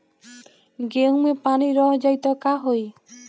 गेंहू मे पानी रह जाई त का होई?